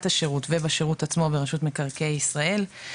השירות ובשירות עצמו ברשות מקרקעי ישראל.